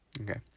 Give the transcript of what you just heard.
Okay